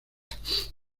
extranjero